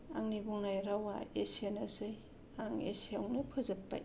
आंनि बुंनाय रावआ एसेनोसै आं एसेयावनो फोजोब्बाय